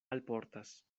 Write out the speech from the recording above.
alportas